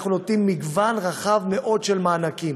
אנחנו נותנים מגוון רחב מאוד של מענקים.